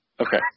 Okay